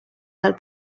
dal